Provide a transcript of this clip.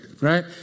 right